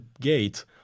gate